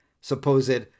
supposed